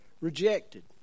rejected